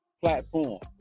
platform